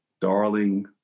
darling